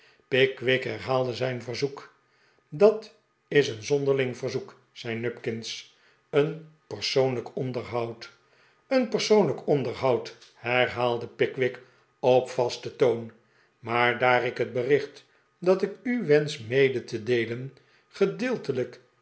pickwick herhaalde zijn verzoek dat is een zonderling verzoek zei nupkins een persoonlijk onderhoud een persoonlijk onderhoud herhaalde pickwick op vasten toon maar daar ik het bericht dat ik u wensch mede te deelen gedeeltelijk